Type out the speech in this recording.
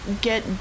get